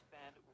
spend